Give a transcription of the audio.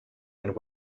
and